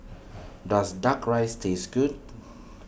does Duck Rice taste good